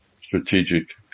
strategic